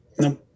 No